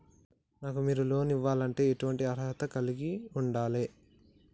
నాకు మీరు లోన్ ఇవ్వాలంటే ఎటువంటి అర్హత కలిగి వుండాలే?